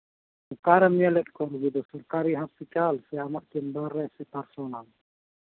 ᱚᱠᱟᱨᱮᱢ ᱧᱮᱞᱮᱫ ᱠᱚᱣᱟ ᱨᱩᱜᱤ ᱫᱚ ᱚᱠᱟᱨᱮ ᱟᱢᱟᱜ ᱪᱮᱢᱵᱟᱨ ᱥᱮ ᱯᱟᱨᱥᱚᱱᱟᱞ